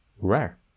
rare